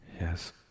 Yes